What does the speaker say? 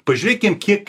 pažiūrėkim kiek